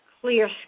clear